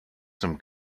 some